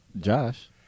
Josh